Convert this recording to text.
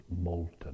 molten